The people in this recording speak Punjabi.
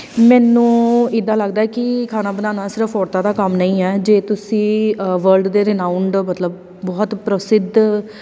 ਮੈਨੂੰ ਇੱਦਾਂ ਲੱਗਦਾ ਕਿ ਖਾਣਾ ਬਣਾਉਣਾ ਸਿਰਫ ਔਰਤਾਂ ਦਾ ਕੰਮ ਨਹੀਂ ਹੈ ਜੇ ਤੁਸੀਂ ਵਰਲਡ ਦੇ ਰਿਨਾਊਨਡ ਮਤਲਬ ਬਹੁਤ ਪ੍ਰਸਿੱਧ